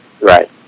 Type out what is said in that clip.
Right